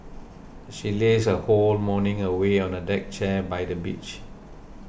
she lazed her whole morning away on a deck chair by the beach